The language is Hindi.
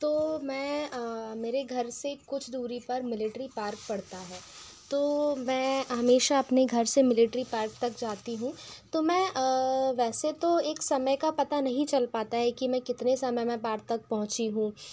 तो मैं मेरे घर से कुछ दूरी पर मिलिट्री पार्क पड़ता है तो मैं हमेशा अपने घर से मिलिट्री पार्क तक जाती हूँ तो मैं वैसे तो एक समय का पता नहीं चल पाता है कि मैं कितने समय में पार्क तक पहुँची हूँ